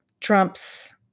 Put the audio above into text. trump's